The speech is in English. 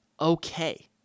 okay